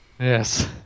Yes